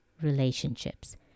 relationships